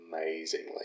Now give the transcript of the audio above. amazingly